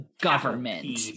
government